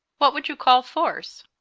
what would you call force?